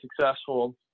successful